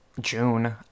June